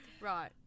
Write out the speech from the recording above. Right